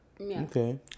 Okay